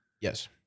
Yes